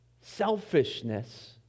selfishness